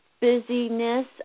busyness